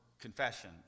confession